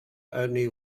only